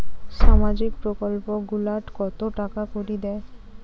সামাজিক প্রকল্প গুলাট কত টাকা করি দেয়?